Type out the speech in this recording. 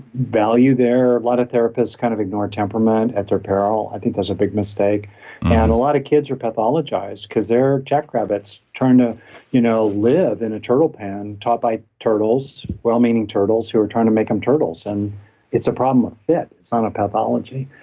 value there. a lot of therapists kind of ignore temperament at their peril, i think that's a big mistake and a lot of kids are pathologized because they're jack rabbits turned to you know live in a turtle pan, taught by turtles, well-meaning turtles who are trying to make them turtles. and it's a problem with fit. it's not a pathology,